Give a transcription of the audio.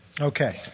Okay